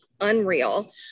Unreal